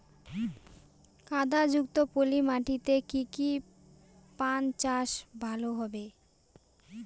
কাদা যুক্ত পলি মাটিতে কি পান চাষ ভালো হবে?